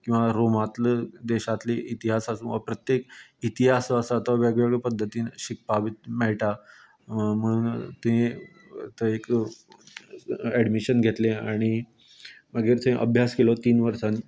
किंवां रोमांतले देशातले इतिहास आसूं हो प्रत्येक इतिहास जो आसा तो वेगवेगळे पध्दतीन शिकपा मेळटा म्हण तें एक थंय एडमिशन घेतलें आनी थंयच अभ्यास केलो तीन वर्सान